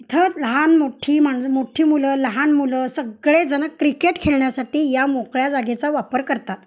इथं लहान मोठ्ठी माणसं मोठ्ठी मुलं लहान मुलं सगळेजणं क्रिकेट खेळण्यासाठी या मोकळ्या जागेचा वापर करतात